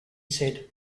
said